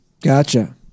Gotcha